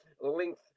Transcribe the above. length